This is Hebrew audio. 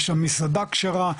יש שם מסעדה כשרה,